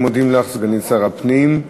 אנחנו מודים לך, סגנית שר הפנים.